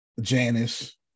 Janice